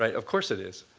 of course it is.